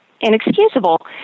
inexcusable